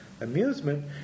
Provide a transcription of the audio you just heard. amusement